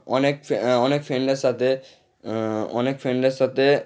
অনেক ফে অনেক ফ্রেণ্ডের সাথে অনেক ফ্রেণ্ডের সাথে